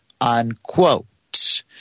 unquote